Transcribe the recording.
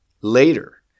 later